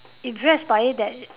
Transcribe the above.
impressed by it that